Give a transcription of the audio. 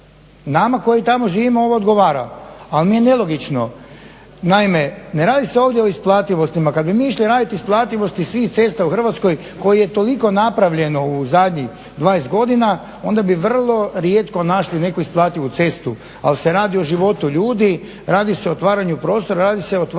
Nama koji tamo živimo ovo odgovara. Ali mi je nelogično, naime, ne radi se ovdje o isplativostima, kada bi mi išli raditi isplativosti svih cesta u Hrvatskoj koji je toliko napravljeno u zadnjih 20 godina onda bi vrlo rijetko našli neku isplativu cestu. Ali se radi o životu ljudi, radi se o otvaranju prostora, radi se otvaranju